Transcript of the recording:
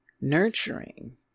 nurturing